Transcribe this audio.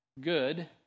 good